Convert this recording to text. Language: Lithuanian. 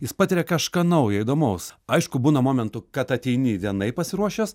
jis patiria kažką naujo įdomaus aišku būna momentų kad ateini vienaip pasiruošęs